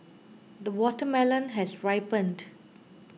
the watermelon has ripened